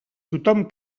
tothom